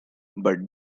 but